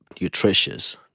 nutritious